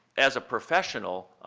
as a professional,